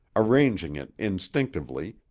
arranging it instinctively,